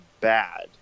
bad